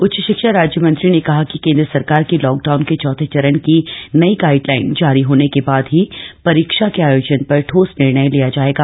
उच्च शिक्षा राज्य मंत्री ने कहा कि केंद्र सरकार की लॉकडाउन के चौथे चरण की नई गाइड लाइन जारी होने के बाद ही परीक्षा के आयोजन पर ठोस निर्णय लिया जाएगा